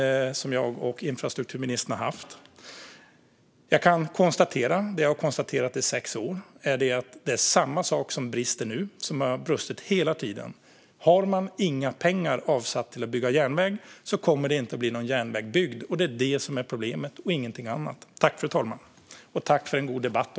Jag kan konstatera det jag har konstaterat i sex år, nämligen att samma sak brister nu som har brustit hela tiden: Har man inga pengar avsatta till att bygga järnväg kommer det inte att bli någon järnväg byggd. Det är det som är problemet och ingenting annat. Tack för en god debatt!